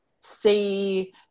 see